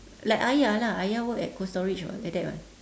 like ayah lah ayah work at cold storage [what] like that [what]